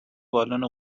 بالن